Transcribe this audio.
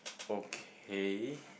okay